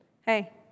Hey